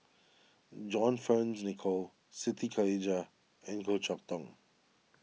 John Fearns Nicoll Siti Khalijah and Goh Chok Tong